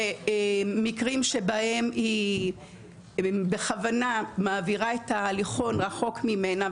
מקרים שבהם היא בכוונה מעבירה את ההליכון רחוק ממנה,